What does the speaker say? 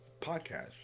podcast